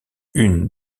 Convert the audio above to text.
une